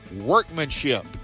workmanship